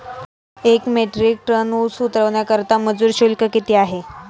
एक metric tonne ऊस उतरवण्याकरता मजूर शुल्क किती आहे?